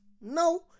No